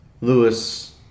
Lewis